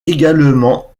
également